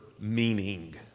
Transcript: meaning